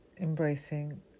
embracing